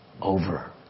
over